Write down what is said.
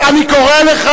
מה שסילבן שלום אומר עליך,